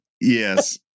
Yes